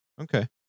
Okay